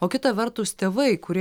o kita vertus tėvai kurie